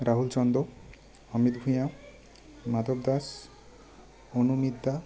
Rahul Chanda Amit Bhuiya Madhab Das Anumita